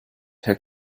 herr